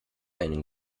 einen